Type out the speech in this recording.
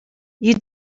you